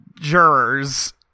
jurors